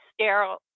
sterile